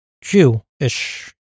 Jew-ish